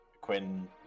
Quinn